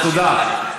תצא, תצא.